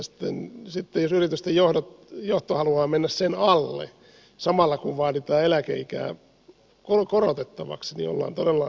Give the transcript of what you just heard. sitten jos yritysten johto haluaa mennä sen alle samalla kun vaaditaan eläkeikää korotettavaksi ollaan todella mielenkiintoisten kysymysten äärellä